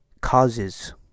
causes